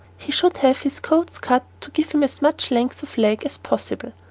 he should have his coats cut to give him as much length of leg as possible.